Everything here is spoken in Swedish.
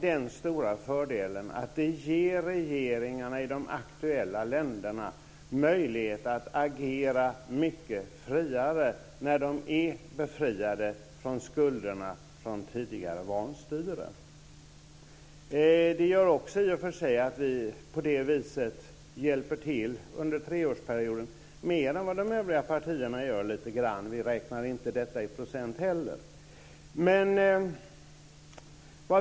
Den stora fördelen är att det ger regeringarna i de aktuella länderna möjlighet att agera mycket friare när de är befriade från skulderna från tidigare vanstyre. I och för sig hjälper vi på det viset under treårsperioden till lite mer än övriga partier - vi räknar inte heller här i procent.